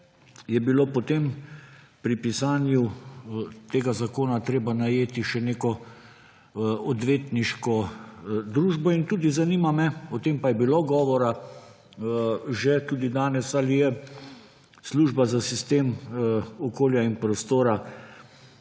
je bilo potem pri pisanju tega zakona treba najeti še neko odvetniško družbo; in tudi zanima me, o tem pa je bilo govora tudi že danes, ali je Služba za sistem okolja in prostora